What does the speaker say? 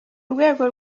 rwego